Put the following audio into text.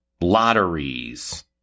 lotteries